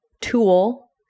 tool